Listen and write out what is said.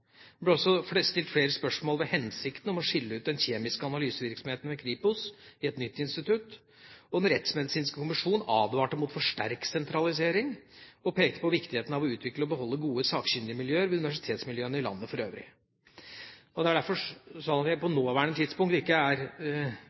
ble også stilt flere spørsmål ved den hensikten å skille ut den kjemiske analysevirksomheten ved Kripos i et nytt institutt. Den rettsmedisinske kommisjon advarte mot for sterk sentralisering og pekte på viktigheten av å utvikle og beholde gode sakkyndigmiljøer ved universitetsmiljøene i landet for øvrig. Det er derfor jeg på det nåværende tidspunkt ikke er